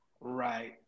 Right